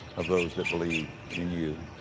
of those that believe in you.